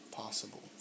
possible